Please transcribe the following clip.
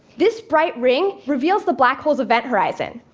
this bright ring reveals the black hole's event horizon,